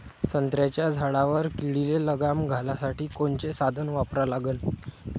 संत्र्याच्या झाडावर किडीले लगाम घालासाठी कोनचे साधनं वापरा लागन?